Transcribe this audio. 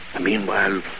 Meanwhile